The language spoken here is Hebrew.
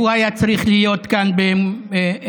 הוא היה צריך להיות כאן כמציג.